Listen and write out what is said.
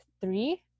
three